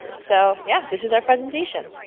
so yeah, this is our presentation.